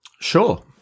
Sure